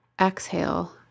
Exhale